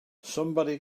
somebody